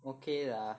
okay lah